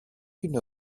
une